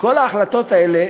כל ההחלטות האלה,